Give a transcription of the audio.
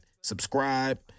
subscribe